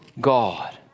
God